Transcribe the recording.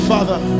Father